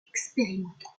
expérimentaux